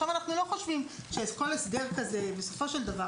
אנחנו לא חושבים שכל הסדר כזה בסופו של דבר,